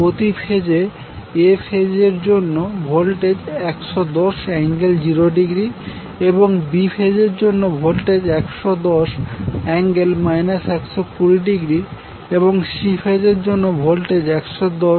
প্রতি ফেজে A ফেজের জন্য ভোল্টেজ 110∠0°এবং B ফেজের জন্য ভোল্টেজ110∠ 120° এবং C ফেজের জন্য ভোল্টেজ 110∠ 240°